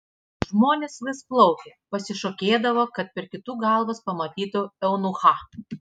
žmonės vis plaukė pasišokėdavo kad per kitų galvas pamatytų eunuchą